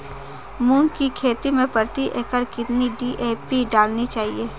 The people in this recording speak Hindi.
मूंग की खेती में प्रति एकड़ कितनी डी.ए.पी डालनी चाहिए?